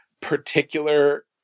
particular